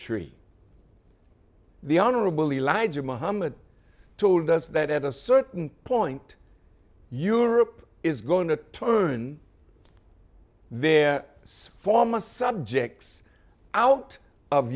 figtree the honorable elijah muhammad told us that at a certain point europe is going to turn their former subjects out of